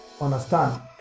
understand